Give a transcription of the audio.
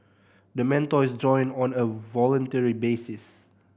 the mentor is join on a voluntary basis